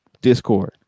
Discord